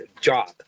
job